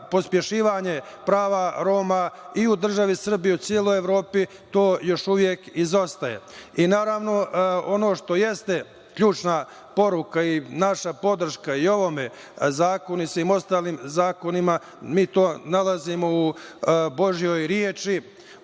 pospešivanje prava Roma i u državi Srbiji i u celoj Evropi, to još uvek izostaje. Naravno, ono što jeste ključna poruka i naša podrška i ovome zakonu i svim ostalim zakonima, mi to nalazimo u Božijoj reči,